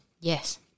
Yes